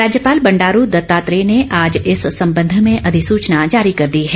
राज्यपाल बंडारू दत्तात्रेय ने आज इस संबंध में अधिसूचना जारी कर दी है